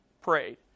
prayed